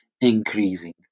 increasing